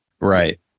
Right